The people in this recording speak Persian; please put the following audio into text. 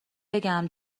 بگم